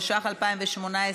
התשע"ח 2018,